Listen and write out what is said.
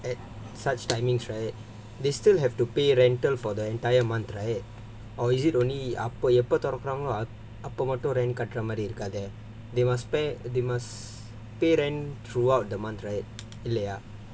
at such timings right they still have to pay rental for the entire month right or is it only அப்போ எப்போ தொறக்குறாங்களோ அப்போ மட்டும் கற்ற மாதிரி இருக்காது:appo eppo thorakurangalo appo mattum katra maadhiri irukkaathu they must spare they must pay rent throughout the month right இல்லையா:illaiyaa